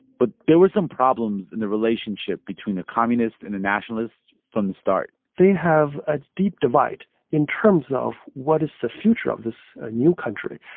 but there were some problems in the relationship between the communists and the nationalists from the start they have a deep divide in terms of, what is the future of this ah new country?